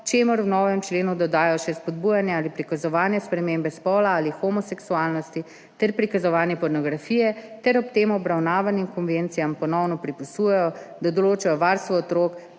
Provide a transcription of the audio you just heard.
čemur v novem členu dodajo še spodbujanje ali prikazovanje spremembe spola ali homoseksualnosti ter prikazovanje pornografije, ter ob tem obravnavanim konvencijam ponovno pripisujejo, da določajo varstvo otrok